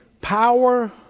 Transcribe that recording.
power